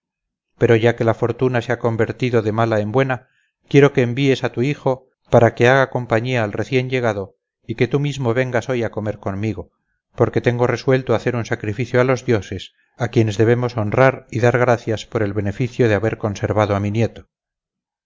pero ya que la fortuna se ha convertido de mala en buena quiero que envíes a tu hijo para que haga compañía al recién llegado y que tú mismo vengas hoy a comer conmigo porque tengo resuelto hacer un sacrificio a los dioses a quienes debemos honrar y dar gracias por el beneficio de haber conservado a mi nieto